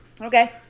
okay